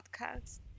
podcast